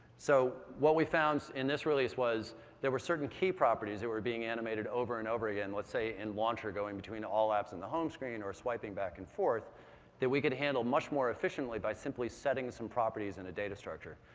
so what we found in this release was there were certain key properties that were being animated over and over again, let's say in launcher going between all apps and the home screen or swiping back and forth that we could handle much more efficiently by simply setting some properties in a data structure.